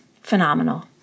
phenomenal